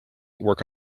work